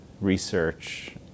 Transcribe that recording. research